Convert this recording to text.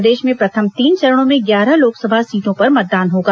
प्रदेश में प्रथम तीन चरणों में ग्यारह लोकसभा सीटों पर मतदान होगा